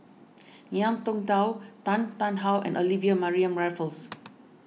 Ngiam Tong Dow Tan Tarn How and Olivia Mariamne Raffles